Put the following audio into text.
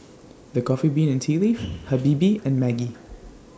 The Coffee Bean and Tea Leaf Habibie and Maggi